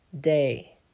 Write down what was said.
day